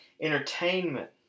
entertainment